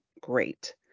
great